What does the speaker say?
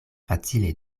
facile